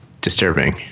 disturbing